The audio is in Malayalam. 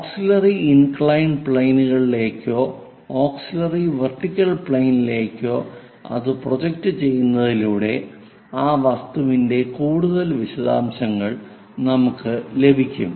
ഓക്സിലിയറി ഇന്ക്ളയിൻഡ് പ്ലെയിനിലേക്കോ ഓക്സിലിയറി വെർട്ടിക്കൽ പ്ലെയിനിലേക്കോ അത് പ്രൊജക്റ്റ് ചെയ്യുന്നതിലൂടെ ആ വസ്തുവിന്റെ കൂടുതൽ വിശദാംശങ്ങൾ നമുക്ക് ലഭിക്കും